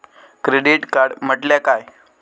Credit card म्हटल्या काय?